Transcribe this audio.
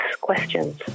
questions